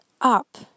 up